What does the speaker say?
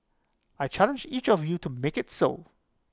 I challenge each of you to make IT so